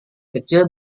kecil